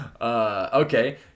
Okay